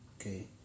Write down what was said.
Okay